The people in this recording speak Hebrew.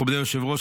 מכובדי היושב-ראש,